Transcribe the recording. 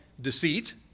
deceit